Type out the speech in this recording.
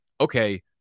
okay